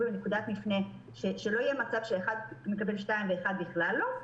בנקודת מפנה שלא יהיה מצב שאחד מקבל שתיים ואחד בכלל לא,